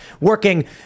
working